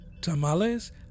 Tamales